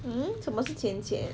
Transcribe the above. mm 什么是浅浅